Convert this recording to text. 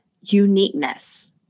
uniqueness